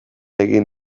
egin